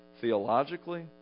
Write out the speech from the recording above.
theologically